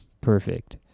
Perfect